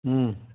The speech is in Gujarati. હં